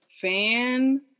fan